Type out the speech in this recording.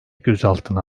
gözaltına